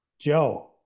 Joe